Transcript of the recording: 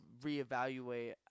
reevaluate